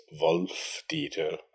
Wolf-Dieter